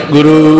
Guru